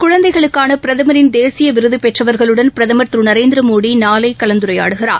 குழந்தைகளுக்கான பிரதமரின் தேசிய விருது பெற்றவர்களுடன் பிரதமர் திரு நரேந்திரமோடி நாளை கலந்துரையாடுகிறார்